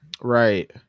Right